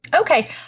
Okay